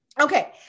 Okay